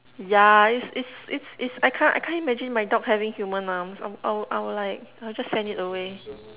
ya it's it's it's it's I can't I can't imagine my dog having human arms um I will I will like I'll just send it away